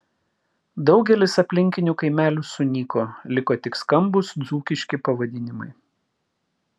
daugelis aplinkinių kaimelių sunyko liko tik skambūs dzūkiški pavadinimai